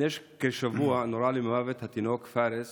לפני כשבוע נורה למוות התינוק פארס